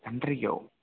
രണ്ടരയ്ക്കോ